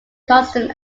constant